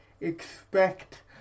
Expect